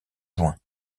juin